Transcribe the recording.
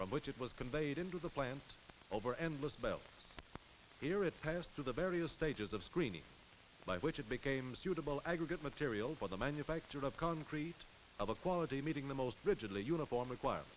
from which it was conveyed into the plant over endless belt here it passed through the various stages of screening by which it became suitable aggregate material for the manufacture of concrete of a quality meeting the most rigidly uniform acquired